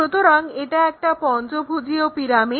সুতরাং এটা একটা পঞ্চভুজীয় পিরামিড